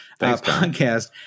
podcast